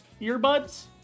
earbuds